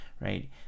right